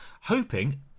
hoping